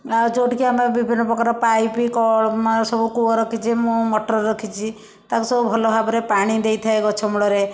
ଆଉ ଯେଉଁଠି କି ଆମେ ବିଭିନ୍ନ ପ୍ରକାର ପାଇପ କଳ୍ ମାନେ ସବୁ କୁଅଁ ରଖିଛି ମୁଁ ମଟର ରଖିଛି ତାକୁ ସବୁ ଭଲ ଭାବରେ ପାଣି ଦେଇଥାଏ ଗଛ ମୂଳରେ